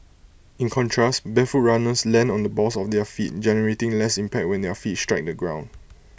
in contrast barefoot runners land on the balls of their feet generating less impact when their feet strike the ground